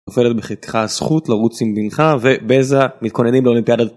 נופלת בחיקך הזכות לרוץ עם בנך (הבן שלך) ובזה מתכוננים לאולימפיאדת.